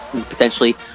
potentially